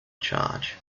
charge